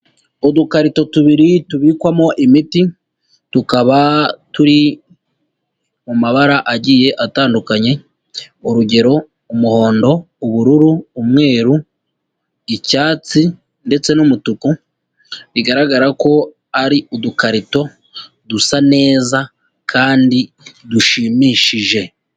Udukarito tubiri tubikwamo imiti tukaba turi mu mabara agiye atandukanye, urugero umuhondo, ubururu, umweru, icyatsi ndetse n'umutuku, bigaragara ko ari udukarito dusa neza kandi dushimishije.